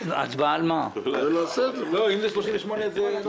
אז בשביל מה אתה מעלה את זה אם אין הצבעה?